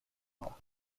noir